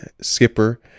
Skipper